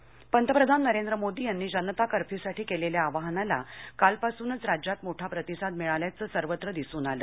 चि पंतप्रधान नरेंद्र मोदी यांनी जनता कर्फ्युसाठी केलेल्या आवाहनाला कालपासूनच राज्यात मोठा प्रतिसाद मिळाल्याचं सर्वत्र दिसून आलं